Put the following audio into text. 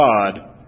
God